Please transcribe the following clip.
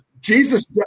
Jesus